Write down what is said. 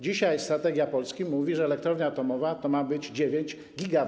Dzisiaj strategia Polski mówi, że elektrownia atomowa ma mieć 9 GW.